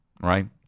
right